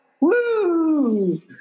Woo